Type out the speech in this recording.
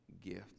gift